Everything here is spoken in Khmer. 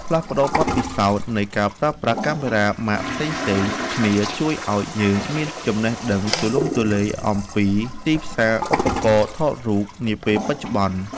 ផ្លាស់ប្តូរបទពិសោធន៍នៃការប្រើប្រាស់កាមេរ៉ាម៉ាកផ្សេងៗគ្នាជួយឱ្យយើងមានចំណេះដឹងទូលំទូលាយអំពីទីផ្សារឧបករណ៍ថតរូបនាពេលបច្ចុប្បន្ន។